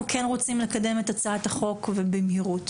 אנחנו כן רוצים לקדם את הצעת החוק ובמהירות.